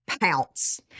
pounce